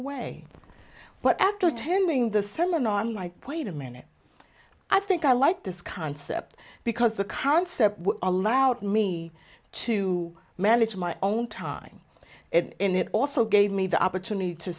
way but after attending the seminar on my point a minute i think i like this concept because the concept allowed me to manage my own time and it also gave me the opportunity to